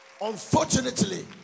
Unfortunately